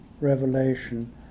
Revelation